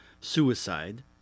suicide